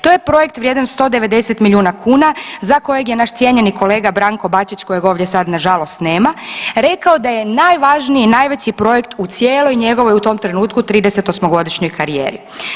To je projekt vrijedan 190 milijuna kuna za kojeg je naš cijenjeni kolega Branko Bačić kojeg ovdje sad nažalost nema, rekao da je najvažniji i najveći projekt u cijeloj njegovoj u tom trenutku 38-godišnjoj karijeri.